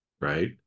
right